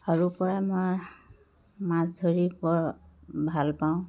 সৰুৰপৰাই মই মাছ ধৰি বৰ ভাল পাওঁ